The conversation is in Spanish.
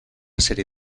serie